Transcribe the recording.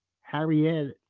Harriet